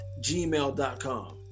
gmail.com